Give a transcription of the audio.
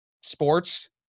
sports